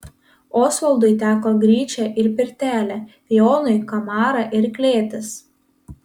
osvaldui teko gryčia ir pirtelė jonui kamara ir klėtis